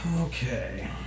Okay